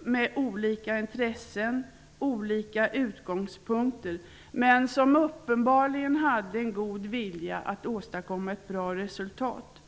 med olika intressen och utgångspunkter, men de hade uppenbarligen en god vilja att åstadkomma ett bra resultat.